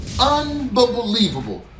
unbelievable